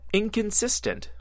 inconsistent